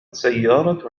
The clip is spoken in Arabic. سيارة